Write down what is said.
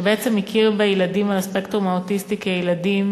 שבעצם מכיר בילדים על הספקטרום האוטיסטי כילדים